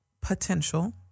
potential